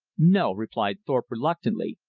no, replied thorpe reluctantly.